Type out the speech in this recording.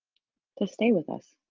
to stay with us.